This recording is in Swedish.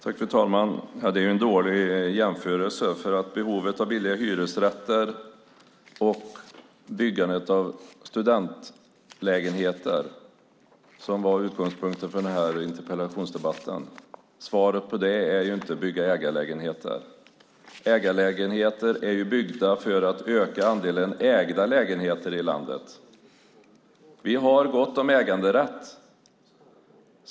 Fru talman! Det är en dålig jämförelse. Behovet av billiga hyresrätter och byggandet av studentlägenheter, som var utgångspunkten för den här interpellationsdebatten, tillgodoser man inte genom att bygga ägarlägenheter. Ägarlägenheter är byggda för att öka andelen ägda lägenheter i landet. Vi har gott om äganderätt.